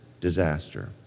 disaster